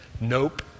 Nope